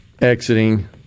exiting